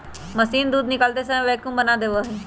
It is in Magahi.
मशीन दूध निकालते समय वैक्यूम बना देवा हई